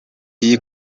iyi